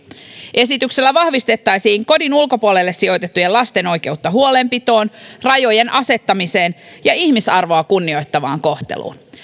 esityksellä vahvistettaisiin kodin ulkopuolelle sijoitettujen lasten oikeutta huolenpitoon rajojen asettamiseen ja ihmisarvoa kunnioittavaan kohteluun